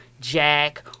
jack